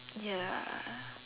ya